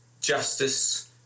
justice